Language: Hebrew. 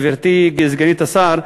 גברתי סגנית השר,